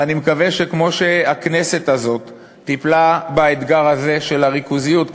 ואני מקווה שכמו שהכנסת הזאת טיפלה באתגר הזה של הריכוזיות,